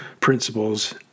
principles